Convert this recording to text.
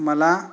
मला